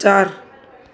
चारि